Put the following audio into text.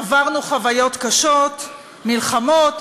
עברנו חוויות קשות מלחמות,